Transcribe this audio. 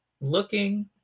looking